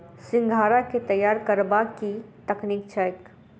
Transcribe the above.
सिंघाड़ा केँ तैयार करबाक की तकनीक छैक?